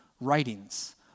writings